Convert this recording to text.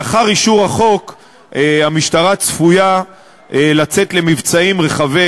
לאחר אישור הצעת החוק המשטרה צפויה לצאת למבצעים רחבי